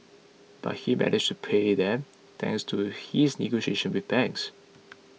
but he managed to pay them thanks to his negotiations with banks